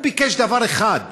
הוא ביקש דבר אחד,